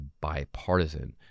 bipartisan